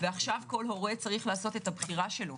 ועכשיו כל הורה צריך לעשות את הבחירה שלו.